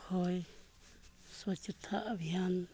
ᱦᱳᱭ ᱥᱚᱪᱪᱷᱚᱛᱟ ᱟᱵᱷᱤᱭᱟᱱ